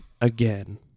again